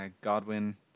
Godwin